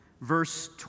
verse